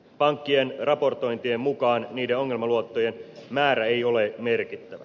pankkien raportointien mukaan niiden ongelmaluottojen määrä ei ole merkittävä